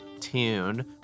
tune